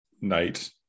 night